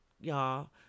y'all